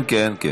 כן כן.